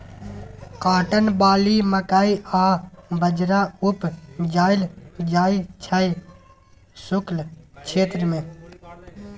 cotton, barley, मकइ आ बजरा उपजाएल जाइ छै शुष्क क्षेत्र मे